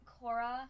Cora